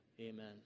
amen